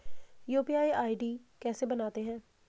UPI ID कैसे बनाते हैं?